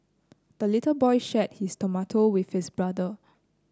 the little boy shared his tomato with his brother